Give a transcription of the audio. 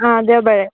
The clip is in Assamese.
অঁ দেওবাৰে